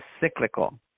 cyclical